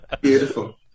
beautiful